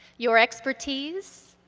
your expertise,